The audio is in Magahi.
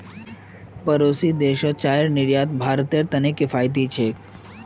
पड़ोसी देशत चाईर निर्यात भारतेर त न किफायती छेक